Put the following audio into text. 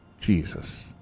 Jesus